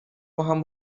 باهم